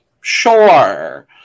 sure